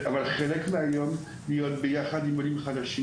חלק מהיום גם להיות ביחד עם עולים חדשים,